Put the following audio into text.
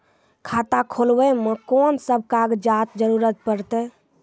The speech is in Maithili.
खाता खोलै मे कून सब कागजात जरूरत परतै?